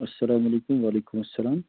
اَلسلامُ علیکُم وعلیکُم السلام